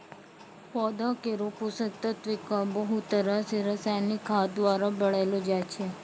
पौधा केरो पोषक तत्व क बहुत तरह सें रासायनिक खाद द्वारा बढ़ैलो जाय छै